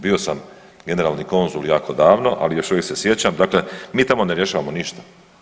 Bio sam generalni konzul jako davno, ali još uvijek se sjećam, dakle, mi tamo ne rješavamo ništa.